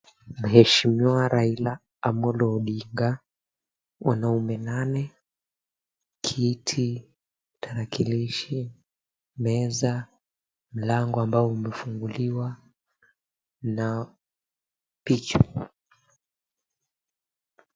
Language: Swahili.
Mheshimiwa Raila Amolo Odinga, wanaume nane, kiti, tarakilishi, meza, mlango ambao umefunguliwa na picha.